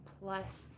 plus